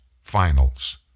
finals